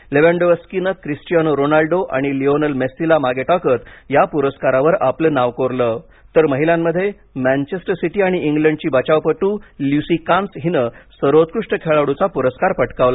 लेवँडोव्स्कीने Cristiano Ronaldo आणि Lionel मेस्सीला मागे टाकत या पुरस्कारावर आपलं नाव कोरल तर महिलांमध्ये मँचेस्टर सिटी आणि इंग्लंडची बचावपटू ल्युसी कांस्य हिने सर्वोत्कृष्ट खेळाडूचा पुरस्कार पटकावला